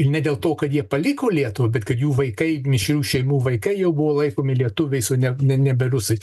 ir ne dėl to kad jie paliko lietuvą bet kad jų vaikai mišrių šeimų vaikai jau buvo laikomi lietuviais o ne ne nebe rusais